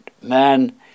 Man